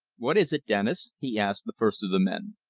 what is it, dennis? he asked the first of the men.